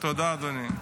תודה, אדוני.